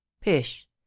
pish